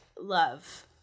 love